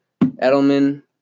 Edelman